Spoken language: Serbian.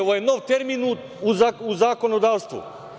Ovo je nov termin u zakonodavstvu.